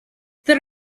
there